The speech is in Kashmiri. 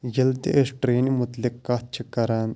ییٚلہِ تہِ أسۍ ٹرٛینہِ مُتعلِق کَتھ چھِ کران